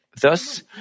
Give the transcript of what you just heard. Thus